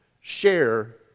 share